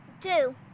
Two